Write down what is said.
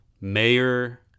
Mayor